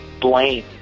blame